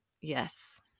yes